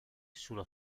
sulla